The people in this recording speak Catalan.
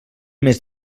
mes